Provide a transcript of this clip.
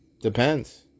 Depends